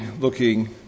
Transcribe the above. looking